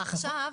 עכשיו,